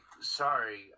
sorry